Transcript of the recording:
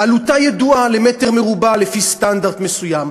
עלותה ידועה למטר מרובע לפי סטנדרט מסוים.